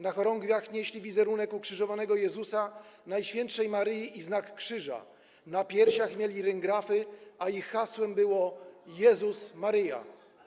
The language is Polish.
Na chorągwiach nieśli wizerunek ukrzyżowanego Jezusa, Najświętszej Maryi i znak krzyża, na piersiach mieli ryngrafy, a ich hasłem było: Jezus, Maryja.